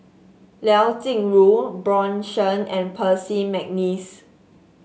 Liao Jingru Bjorn Shen and Percy McNeice